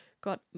got